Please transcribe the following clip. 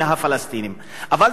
אבל זה לא מוזר, אדוני היושב-ראש.